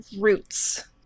roots